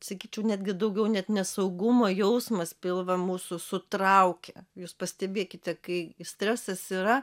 sakyčiau netgi daugiau net nesaugumo jausmas pilvą mūsų sutraukia jūs pastebėkite kai stresas yra